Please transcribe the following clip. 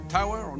Tower